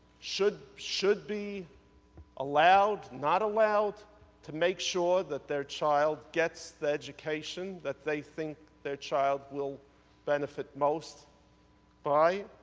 should should be allowed, not allowed to make sure that their child gets the education that they think their child will benefit most by.